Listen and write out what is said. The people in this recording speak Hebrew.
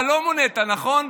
אבל לא מונית, נכון?